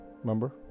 Remember